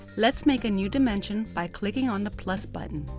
let's make a new dimension by clicking on the plus button.